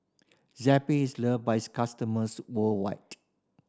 Zappy is loved by its customers worldwide